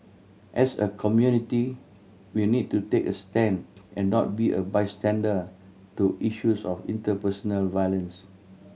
as a community we need to take a stand and not be a bystander to issues of interpersonal violence